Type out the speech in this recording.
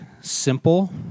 simple